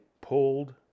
pulled